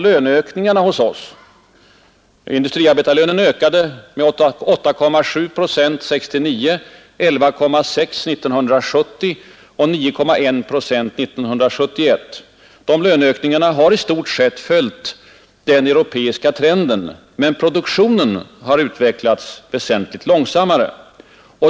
Löneökningarna i vårt land — industriarbetarlönerna ökade 8,7 procent år 1969, 11,6 procent 1970 och 9,1 procent 1971 — har i stort sett följt den europeiska trenden, men produktionen har utvecklats väsentligt långsammare.